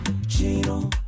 chino